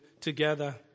together